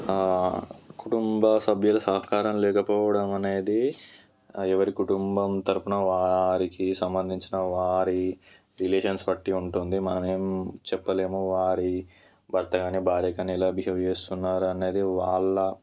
కుటుంబ సభ్యుల సహకారం లేకపోవడం అనేది ఎవరి కుటుంబం తరపున వారికి సంబంధించిన వారి రిలేషన్స్ బట్టి ఉంటుంది మనం ఏమి చెప్పలేము వారి భర్త కానీ భార్య కానీ ఎలా బిహేవ్ చేస్తున్నారా అన్నది వాళ్ళ